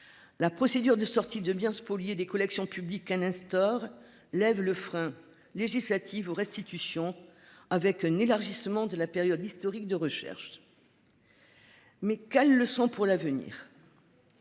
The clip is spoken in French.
La procédure de sortie de biens spoliés des collections publiques Nestor lève le frein législatives aux restitutions avec un élargissement de la période historique de recherche. Mais quelle leçon pour l'avenir.